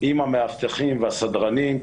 עם המאבטחים והסדרנים,